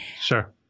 sure